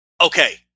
okay